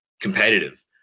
competitive